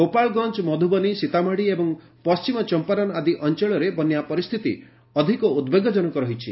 ଗୋପାଳଗଞ୍ଜ ମଧୁବନୀ ସୀତାମାଢ଼ି ଏବଂ ପଶ୍ଚିମ ଚମ୍ପାରନ୍ ଆଦି ଅଞ୍ଚଳରେ ବନ୍ୟା ପରିସ୍ଥିତି ଅଧିକ ଉଦ୍ବେଗଜନକ ରହିଛି